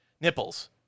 nipples